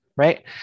Right